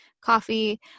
coffee